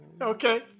Okay